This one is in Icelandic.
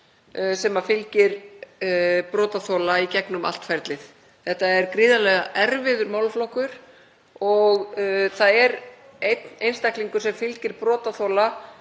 sem fylgir brotaþola í gegnum allt ferlið. Þetta er gríðarlega erfiður málaflokkur og það er einn einstaklingur sem fylgir brotaþola